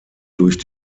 durch